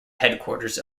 headquarters